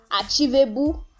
achievable